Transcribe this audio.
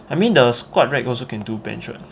I mean the squat rack also can do bench [what]